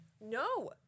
No